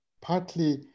partly